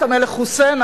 את המלך חוסיין,